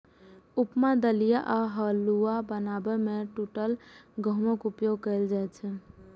उपमा, दलिया आ हलुआ बनाबै मे टूटल गहूमक उपयोग कैल जाइ छै